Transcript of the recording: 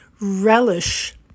relish